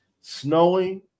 snowing